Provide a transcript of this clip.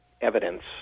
evidence